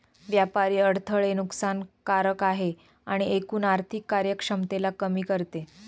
व्यापारी अडथळे नुकसान कारक आहे आणि एकूण आर्थिक कार्यक्षमतेला कमी करते